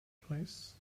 place